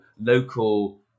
local